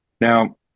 Now